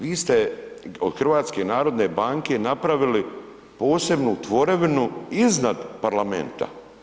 Vi ste od HNB-a napravili posebnu tvorevinu iznad parlamenta.